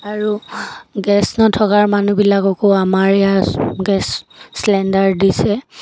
আৰু গেছ নথকা মানুহবিলাককো আমাৰ ইয়াৰ গেছ চিলেণ্ডাৰ দিছে